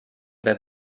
that